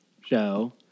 show